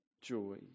joy